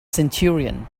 centurion